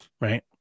right